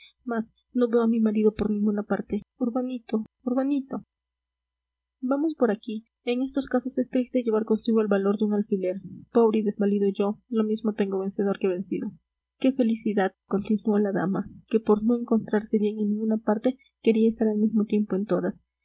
no veo a mi marido por ninguna parte urbanito urbanito vamos por aquí en estos casos es triste llevar consigo el valor de un alfiler pobre y desvalido yo lo mismo tengo vencedor que vencido qué felicidad continuó la dama que por no encontrarse bien en ninguna parte quería estar al mismo tiempo en todas